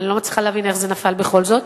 אני לא מצליחה להבין איך זה נפל בכל זאת.